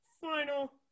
final